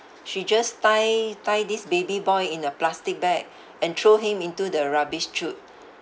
she just tie tie this baby boy in a plastic bag and throw him into the rubbish chute